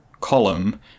column